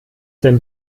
denn